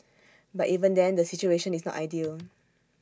but even then the situation is not ideal